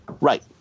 Right